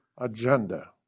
agenda